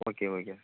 okay okay